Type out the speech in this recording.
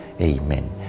Amen